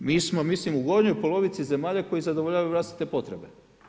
Mi smo mislim u gornjoj polovici zemalja koje zadovoljavaju vlastite potrebe.